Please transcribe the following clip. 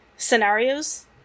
Scenarios